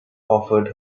offered